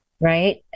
right